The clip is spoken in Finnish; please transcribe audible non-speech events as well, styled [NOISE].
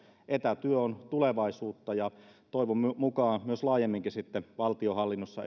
etätyö on tulevaisuutta ja toivon mukaan laajemminkin sitten esimerkiksi valtionhallinnossa [UNINTELLIGIBLE]